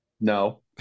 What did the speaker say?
No